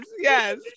yes